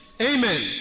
Amen